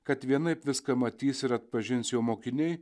kad vienaip viską matys ir atpažins jo mokiniai